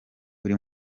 buri